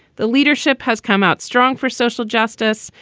the leadership has come out strong for social justice,